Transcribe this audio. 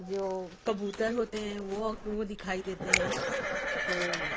جو کبوتر ہوتے ہیں وہ وہ دکھائی دیتے ہیں تو